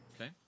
Okay